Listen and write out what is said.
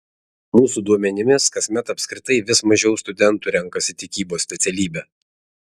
mūsų duomenimis kasmet apskritai vis mažiau studentų renkasi tikybos specialybę